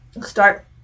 start